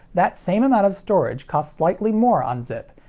that same amount of storage costs slightly more on zip,